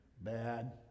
Bad